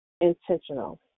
intentional